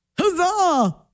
Huzzah